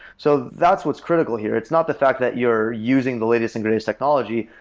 so that's what's critical here. it's not the fact that you're using the latest and greatest technology,